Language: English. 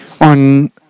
on